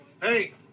Hey